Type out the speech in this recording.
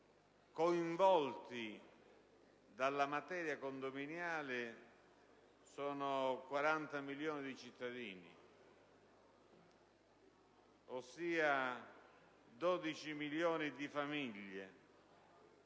coinvolti dalla materia condominiale sono 40 milioni di cittadini, ossia 12 milioni di famiglie.